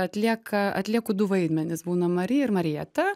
atlieka atlieku du vaidmenis būna marija ir marija ta